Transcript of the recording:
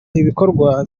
ibikorwa